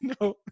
no